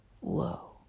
Whoa